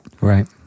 Right